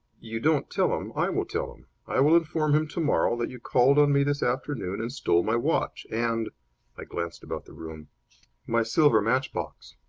you don't tell him. i will tell him. i will inform him tomorrow that you called on me this afternoon and stole my watch and i glanced about the room my silver matchbox.